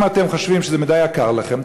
אם אתם חושבים שזה מדי יקר לכם,